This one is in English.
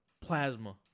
Plasma